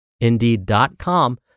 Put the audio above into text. indeed.com